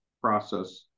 process